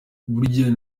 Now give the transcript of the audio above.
buryo